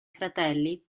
fratelli